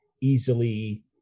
easily